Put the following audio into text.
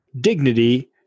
dignity